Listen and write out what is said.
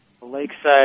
lakeside